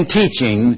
teaching